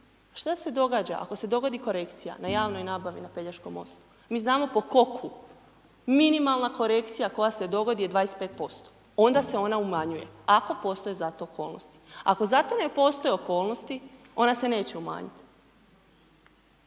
Šta se događa ako se dogodi korekcija na javnoj nabavi na Pelješkom mostu? Mi znamo po .../Govornik se ne razumije./... minimalna korekcija koja se dogodi je 25% onda se ona umanjuje ako postoje za to okolnosti. Ako zato ne postoje okolnosti, ona se neće umanjiti.